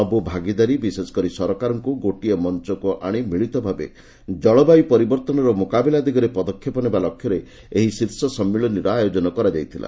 ସବୁ ଭାଗିଦାରୀ ବିଶେଷ କରି ସରକାରମାନଙ୍କୁ ଗୋଟିଏ ମଞ୍ଚକୁ ଆଣି ମିଳିତ ଭାବେ ଜଳବାୟୁ ପରିବର୍ତ୍ତନର ମୁକାବିଲା ଦିଗରେ ପଦକ୍ଷେପ ନେବା ଲକ୍ଷ୍ୟରେ ଏହି ଶୀର୍ଷ ସମ୍ମିଳନୀର ଆୟୋଜନ କରାଯାଇଥିଲା